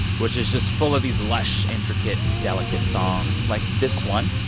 which is just full of these lush, intricate, delicate songs like this one.